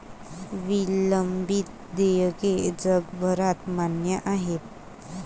विलंबित देयके जगभरात मान्य आहेत